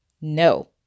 No